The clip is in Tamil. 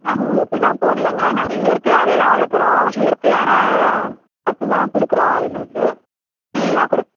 நாங்கள் ஊசியெலாம் போடலங்க நாங்கள் இயற்கையாகவே தான் வளர்க்குறோம் இயற்கையான சத்துதான் கொடுக்குறோம் அதுங்களுக்கு தீனி தான் கொடுப்